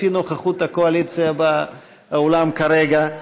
לפי נוכחות הקואליציה באולם כרגע.